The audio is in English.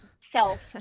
self